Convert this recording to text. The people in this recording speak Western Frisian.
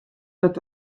dat